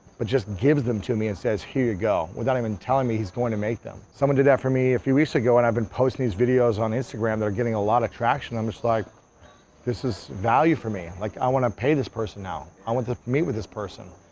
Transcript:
but, just gives them to me, and says, here you go. without even telling me he's going to make them. someone did that for me a few weeks ago, and i've been posting his videos on instagram. they're getting a lot of traction, and i'm just like this is value for me. like i wanna pay this person now. i want to meet with this person.